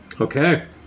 Okay